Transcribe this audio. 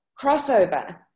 crossover